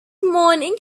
morning